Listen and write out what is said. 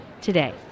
Today